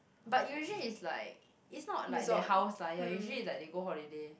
but usually is like is not like their house lah ya usually is like they go holiday